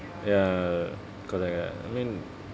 ya correct lah I mean